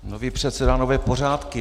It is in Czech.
Nový předseda, nové pořádky.